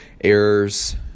errors